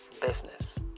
business